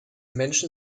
menschen